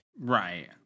Right